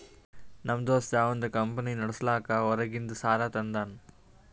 ನಮ್ ದೋಸ್ತ ಅವಂದ್ ಕಂಪನಿ ನಡುಸ್ಲಾಕ್ ಹೊರಗಿಂದ್ ಸಾಲಾ ತಂದಾನ್